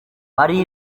bari